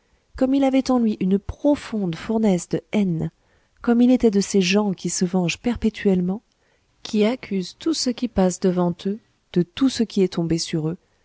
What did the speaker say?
comme il avait en lui une profonde fournaise de haine comme il était de ces gens qui se vengent perpétuellement qui accusent tout ce qui passe devant eux de tout ce qui est tombé sur eux